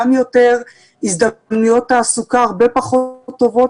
גם יותר הזדקקויות תעסוקה הרבה פחות טובות